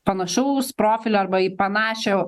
panašaus profilio arba į panašio